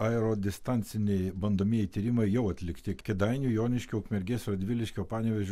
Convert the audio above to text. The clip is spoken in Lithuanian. aerodistanciniai bandomieji tyrimai jau atlikti kėdainių joniškio ukmergės radviliškio panevėžio